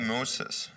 Moses